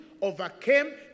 overcame